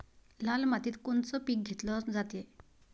लाल मातीत कोनचं पीक घेतलं जाते?